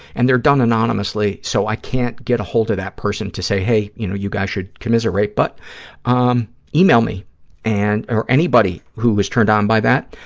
and they're done anonymously so i can't get a hold of that person to say, hey, you know, you guys should commiserate, but um e-mail me and, or anybody who is turned on by that,